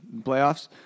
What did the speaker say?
playoffs